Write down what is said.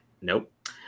Nope